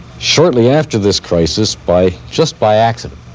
shortly after this crisis by, just by accident,